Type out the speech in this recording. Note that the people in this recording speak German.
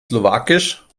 slowakisch